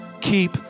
keep